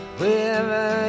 wherever